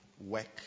work